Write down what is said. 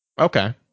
Okay